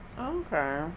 Okay